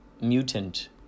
Mutant